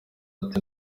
ati